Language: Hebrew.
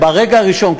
ברגע הראשון,